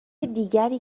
دیگری